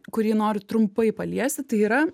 kurį noriu trumpai paliesti tai yra